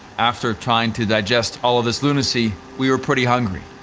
after trying to digest all of this lunacy, we were pretty hungry.